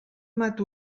mata